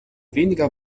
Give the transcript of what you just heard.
weniger